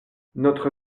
notre